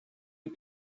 est